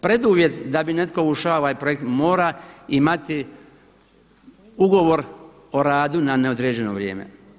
Preduvjet da bi netko ušao u ovaj projekt mora imati ugovor o radu na neodređeno vrijeme.